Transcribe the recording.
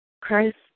Christ